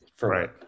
Right